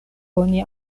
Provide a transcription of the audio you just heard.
oni